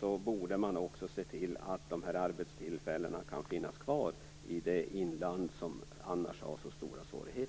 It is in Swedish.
Då borde man också kunna se till att de här arbetstillfällena kan finnas kvar i det inland som annars har så stora svårigheter.